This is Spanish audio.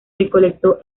recolectó